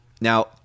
now